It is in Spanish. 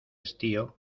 estío